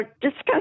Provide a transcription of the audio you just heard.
discuss